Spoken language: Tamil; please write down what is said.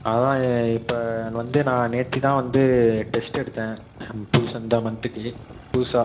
அதுதான் இப்போ ன் வந்து நான் நேற்று தான் வந்து டெஸ்ட் எடுத்தேன் புதுசாக இந்த மந்த்துக்கு புதுசாக